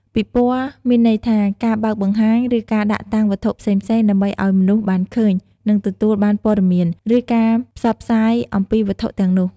ពិព័រណ៍ មានន័យថា ការបើកបង្ហាញ ឬការដាក់តាំងវត្ថុផ្សេងៗ ដើម្បីឲ្យមនុស្សបានឃើញ និងទទួលបានព័ត៌មាន ឬការផ្សព្វផ្សាយអំពីវត្ថុទាំងនោះ។